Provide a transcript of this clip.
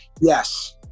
Yes